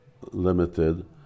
Limited